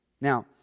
Now